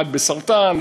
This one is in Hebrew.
אחד בסרטן,